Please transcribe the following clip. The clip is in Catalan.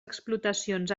explotacions